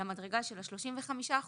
למדרגה של ה-35%